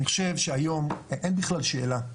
אני חושב שהיום אין בכלל שאלה.